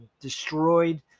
destroyed